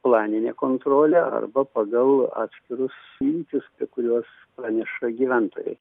planinę kontrolę arba pagal atskirus įvykius apie kuriuos praneša gyventojai